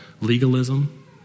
legalism